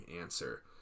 answer